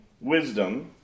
wisdom